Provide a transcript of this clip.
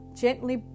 gently